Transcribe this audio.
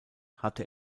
hatte